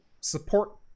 support